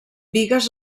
bigues